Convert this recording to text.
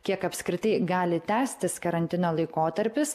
kiek apskritai gali tęstis karantino laikotarpis